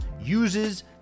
uses